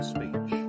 Speech